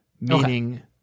Meaning